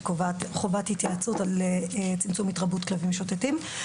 שקובע חובת התייעצות על צמצום התרבות כלבים משוטטים.